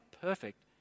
perfect